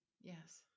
yes